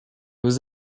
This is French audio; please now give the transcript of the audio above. aux